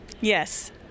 Yes